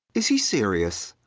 is he serious?